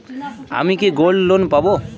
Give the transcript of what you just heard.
আমি কি gold loan পাবো?